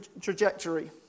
trajectory